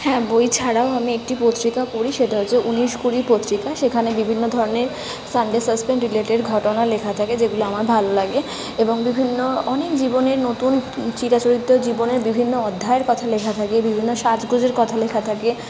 হ্যাঁ বই ছাড়াও আমি একটি পত্রিকা পড়ি সেটা হচ্ছে উনিশ কুড়ি পত্রিকা সেখানে বিভিন্ন ধরনের সানডে সাসপেন্ড রিলেটেড ঘটনা লেখা থাকে যেগুলো আমার ভালো লাগে এবং বিভিন্ন অনেক জীবনের নতুন চিরাচরিত জীবনের বিভিন্ন অধ্যায়ের কথা লেখা থাকে বিভিন্ন সাজগোজের কথা লেখা থাকে